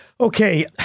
Okay